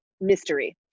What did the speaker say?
mystery